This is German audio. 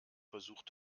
versucht